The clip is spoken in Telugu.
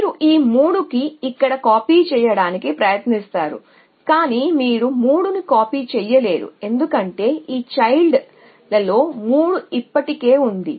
మీరు ఈ 3 కి ఇక్కడ కాపీ చేయడానికి ప్రయత్నిస్తారు కానీ మీరు 3 ని కాపీ చేయలేరు ఎందుకంటే ఈ చైల్డ్ లలో 3 ఇప్పటికే ఉంది